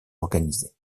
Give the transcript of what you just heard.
organisées